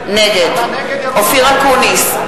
נגד אופיר אקוניס,